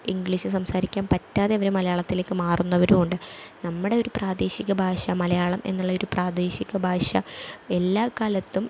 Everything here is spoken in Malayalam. ഇംഗ്ലീഷ് സംസാരിക്കാൻ പറ്റാതെ അവര് മലയാളത്തിലേക്ക് മാറുന്നവരുമുണ്ട് നമ്മുടെ ഒര് പ്രാദേശിക ഭാഷ മലയാളം എന്നുള്ള ഒരു പ്രാദേശിക ഭാഷ എല്ലാ കാലത്തും